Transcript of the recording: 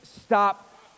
Stop